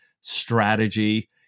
strategy